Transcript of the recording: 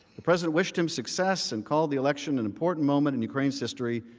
the president wished him success and call the election an important moment in ukraine's history,